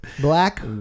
Black